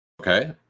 Okay